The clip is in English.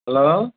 hello